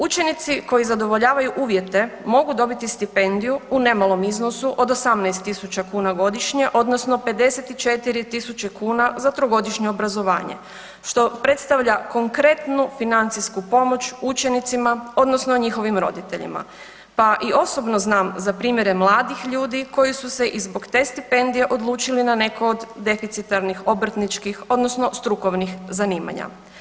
Učenici koji zadovoljavaju uvjete mogu dobiti stipendiju u nemalom iznosu od 18 tisuća kuna godišnje odnosno 54 tisuće kuna za trogodišnje obrazovanje, što predstavlja konkretnu financijsku pomoć učenicima, odnosno njihovim roditeljima, pa i osobno znam za primjere mladih ljudi koji su se i zbog te stipendije odlučili na neko od deficitarnih obrtničkih odnosno strukovnih zanimanja.